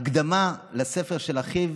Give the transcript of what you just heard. הקדמה לספר של אחיו